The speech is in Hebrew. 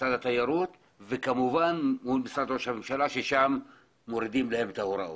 משרד התיירות וכמובן מול משרד ראש הממשלה משם מורידים להם את ההוראות.